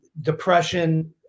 depression